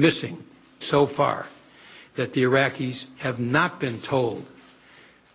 missing so far that the iraqis have not been told